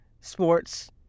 Sports